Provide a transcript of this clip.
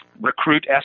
recruit